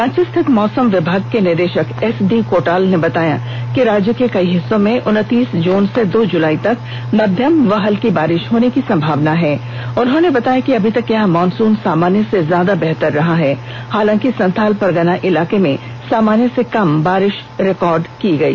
रांची स्थित मौसम विमाग के निदेशक एसडी कोटाल ने बताया कि राज्य के कई हिस्सों में उनतीस जून से दो जूलाई तक मध्यम व हल्की बारिश होने की संभावना है उन्होंने बताया कि अभी तक यहां मॉनसून सामान्य से ज्यादा बेहतर रहा है हालांकि संथाल परगना इलाके में सामान्य से कम बारिश रिकॉर्ड की गई है